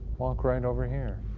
walk right over here?